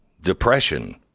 depression